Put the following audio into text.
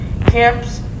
camps